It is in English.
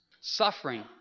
suffering